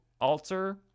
alter